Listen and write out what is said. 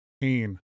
pain